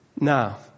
Now